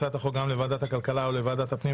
הצעת החוק הראשונה היא בהצעת חוק הגדלת נקודות זיכוי